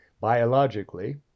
Biologically